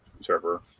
server